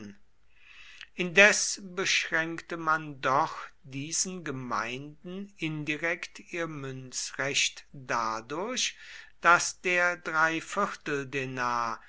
indes beschränkte man doch diesen gemeinden indirekt ihr münzrecht dadurch daß der dreivierteldenar